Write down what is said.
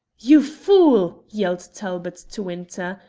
you fool! yelled talbot to winter.